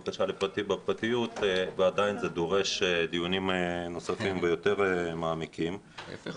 קשה בפרטיות ועדיין זה דורש דיונים נוספים מעמיקים יותר.